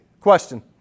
Question